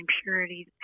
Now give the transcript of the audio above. impurities